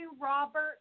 Robert